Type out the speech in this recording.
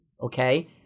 Okay